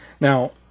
Now